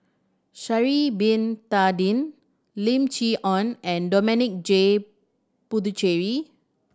Sha'ari Bin Tadin Lim Chee Onn and Dominic J Puthucheary